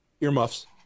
Earmuffs